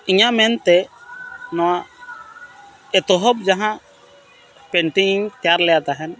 ᱤᱧᱟᱹᱜ ᱢᱮᱱᱛᱮ ᱱᱚᱣᱟ ᱮᱛᱚᱦᱚᱵ ᱡᱟᱦᱟᱸ ᱯᱮᱱᱴᱤᱝ ᱤᱧ ᱛᱮᱭᱟᱨ ᱞᱮᱫᱟ ᱛᱟᱦᱮᱱ